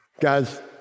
Guys